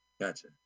Gotcha